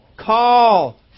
Call